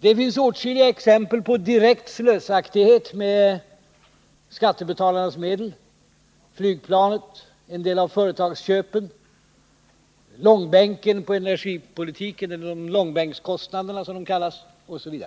Det finns åtskilliga exempel på direkt slösaktighet med skattebetalarnas medel: flygplanet, en del av företagsköpen, långbänkskostnaderna med anledning av energipolitiken osv.